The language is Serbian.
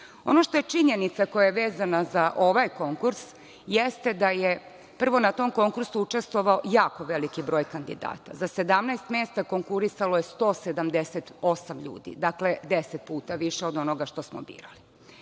što je činjenica koja je vezana za ovaj konkurs jeste da je na tom konkursu učestvovao jako veliki broj kandidata. Za 17 mesta konkurisalo je 178 ljudi, dakle 10 puta više od onoga što smo birali.